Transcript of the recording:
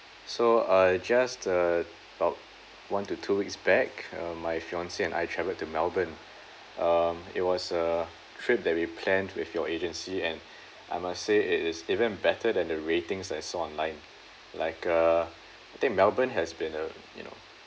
so uh just uh about one to two weeks back uh my fiancee and I travelled to melbourne um it was a trip that we planned with your agency and I must say it is even better than the ratings I saw online like uh I think melbourne has been a you know